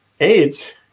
AIDS